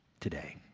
today